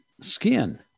skin